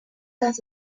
las